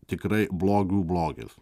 tikrai blogių blogis